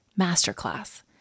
Masterclass